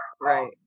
Right